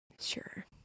Sure